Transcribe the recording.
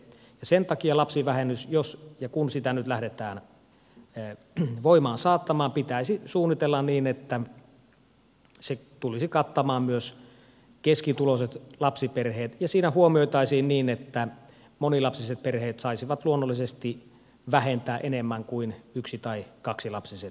sen takia lapsivähennys jos ja kun sitä nyt lähdetään voimaan saattamaan pitäisi suunnitella niin että se tulisi kattamaan myös keskituloiset lapsiperheet ja siinä huomioitaisiin asia niin että monilapsiset perheet saisivat luonnollisesti vähentää enemmän kuin yksi tai kaksilapsiset perheet